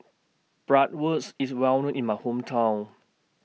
Bratwurst IS Well known in My Hometown